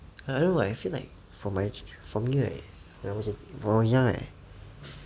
I don't know I feel like for my for me right when I was young right